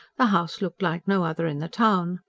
the house looked like no other in the town.